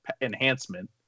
enhancement